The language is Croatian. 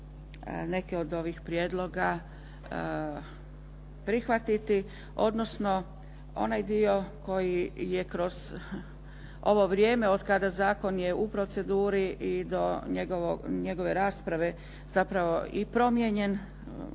neke od ovih prijedloga prihvatiti odnosno onaj dio koji je kroz ovo vrijeme otkada zakon je u proceduri i do njegove rasprave zapravo i promijenjen,